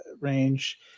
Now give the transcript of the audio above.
range